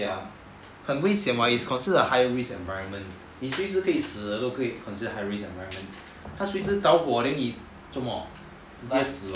ya 很危险 [what] it's considered a high risk environment 你其实可以死的都可以 considered high risk environment 他随时着火 then 你 zuo mo 直接死啊